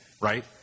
right